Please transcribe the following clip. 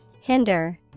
Hinder